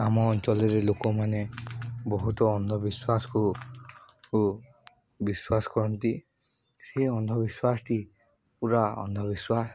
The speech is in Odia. ଆମ ଅଞ୍ଚଳରେ ଲୋକମାନେ ବହୁତ ଅନ୍ଧବିଶ୍ୱାସକୁ ବିଶ୍ୱାସ କରନ୍ତି ସେ ଅନ୍ଧବିଶ୍ୱାସଟି ପୁରା ଅନ୍ଧବିଶ୍ୱାସ